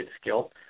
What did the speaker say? skill